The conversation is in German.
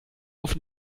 auf